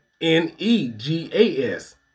N-E-G-A-S